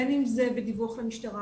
בין אם זה בדיווח למשטרה,